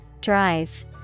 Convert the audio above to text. Drive